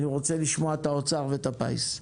אני רוצה לשמוע את האוצר ואת הפיס.